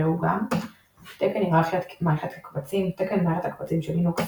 ראו גם תקן היררכיית מערכת הקבצים – תקן מערכת הקבצים של לינוקס